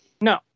No